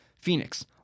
Phoenix